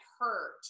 hurt